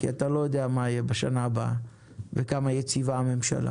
כי אתה לא יודע מה יהיה בשנה הבאה וכמה יציבה הממשלה,